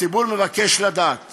הציבור מבקש לדעת